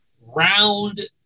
round